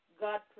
God